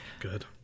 Good